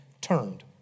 turned